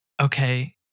okay